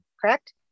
correct